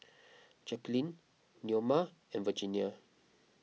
Jacquelynn Neoma and Virginia